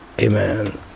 Amen